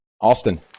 Austin